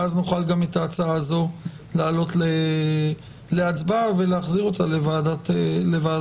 ואז נוכל גם את ההצעה הזו להעלות להצבעה ולהחזיר אותה לוועדת השרים.